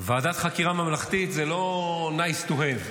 ועדת חקירה ממלכתית זה לא nice to have,